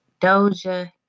Doja